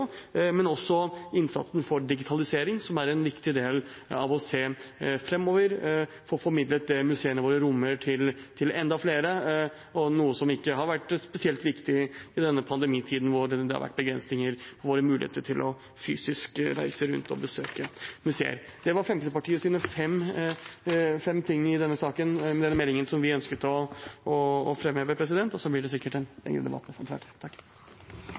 men også innsatsen for digitalisering, som er en viktig del av det å se framover – få formidlet det museene våre rommer, til enda flere, noe som ikke har vært spesielt viktig i denne pandemitiden, da det har vært begrensninger for våre muligheter til fysisk å reise rundt og besøke museer. Det var Fremskrittspartiets fem ting i denne meldingen som vi ønsket å framheve. Så blir det sikkert en god debatt. Jeg er veldig glad for